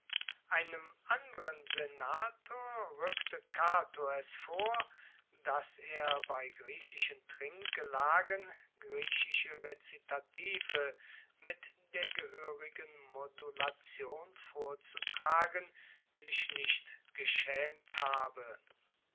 einem anderen senator rueckte cato es vor dass er bei griechischen trinkgelagen griechische rezitative mit der gehoerigen modulation vorzutragen sich nicht geschaemt habe